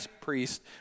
priest